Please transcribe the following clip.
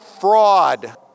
fraud